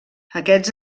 aquests